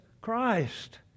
Christ